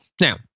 Now